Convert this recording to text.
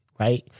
right